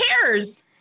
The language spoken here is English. cares